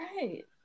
Right